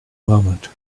moment